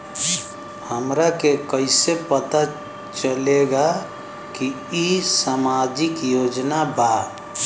हमरा के कइसे पता चलेगा की इ सामाजिक योजना बा?